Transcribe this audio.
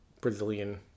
brazilian